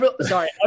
sorry